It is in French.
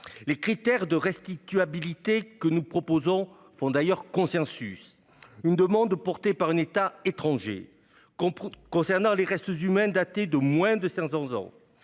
Les critères de « restituabilité » que nous proposons font d'ailleurs consensus. Il s'agit d'abord d'une demande portée par un État étranger concernant des restes humains datés de moins de 500 ans,